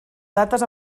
dates